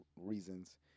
reasons